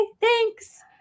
thanks